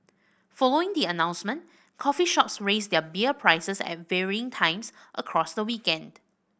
following the announcement coffee shops raised their beer prices at varying times across the weekend